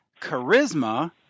Charisma